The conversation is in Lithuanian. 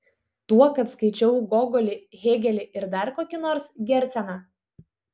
tuo kad skaičiau gogolį hėgelį ir dar kokį nors gerceną